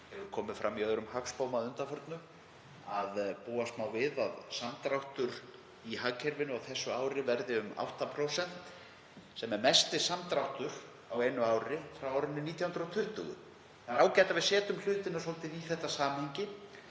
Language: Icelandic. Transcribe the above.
sem komið fram í öðrum hagspám að undanförnu, að búast megi við að samdráttur í hagkerfinu á þessu ári verði um 8%, sem er mesti samdráttur á einu ári frá árinu 1920. Það er ágætt að við setjum hlutina svolítið í þetta samhengi